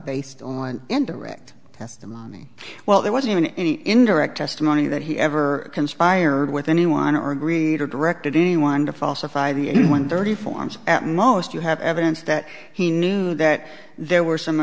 based on indirect testimony well there wasn't even any indirect testimony that he ever conspired with anyone or agreed or directed anyone to falsify the one dirty forms at most you have evidence that he knew that there were some